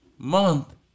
Month